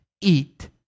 eat